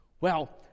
Well